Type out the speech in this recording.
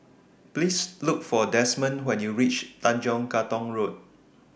Please Look For Desmond when YOU REACH Tanjong Katong Road